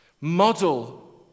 Model